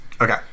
Okay